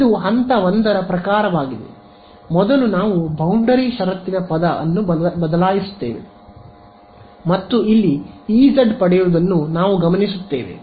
ಇದು ಹಂತ 1 ರ ಪ್ರಕಾರವಾಗಿದೆ ಮೊದಲು ನಾವು ಬೌಂಡರಿ ಷರತ್ತಿನ ಪದ ಅನ್ನು ಬದಲಾಯಿಸುತ್ತೇವೆ ಮತ್ತು ಇಲ್ಲಿ ಇ z ಪಡೆಯುವುದನ್ನು ನಾವು ಗಮನಿಸುತ್ತೇವೆ